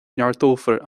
neartófar